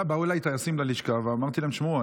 באו אליי טייסים ללשכה ואמרתי להם: שמעו,